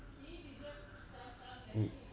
mm